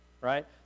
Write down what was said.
right